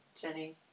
Jenny